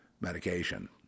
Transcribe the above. medication